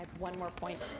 one more point,